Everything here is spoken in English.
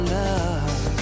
love